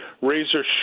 razor